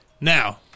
Now